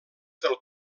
del